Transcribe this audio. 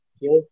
Yes